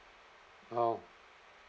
oh